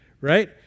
right